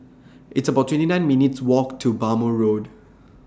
It's about twenty nine minutes' Walk to Bhamo Road